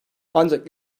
ancak